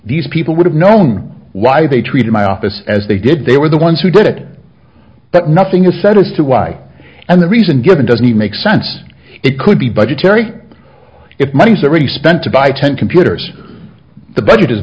these people would have known why they treated my office as they did they were the ones who did it that nothing was said was to why and the reason given doesn't make sense it could be budgetary if money's already spent to buy ten computers the budget is